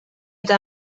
eta